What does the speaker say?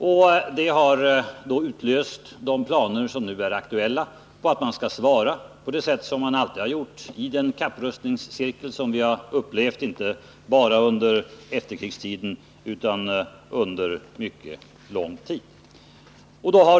Detta har utlöst de planer som nu är aktuella. Man svarar på det sätt som man alltid gjort, inte bara under efterkrigsperioden utan sedan mycket lång tid tillbaka.